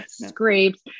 scrapes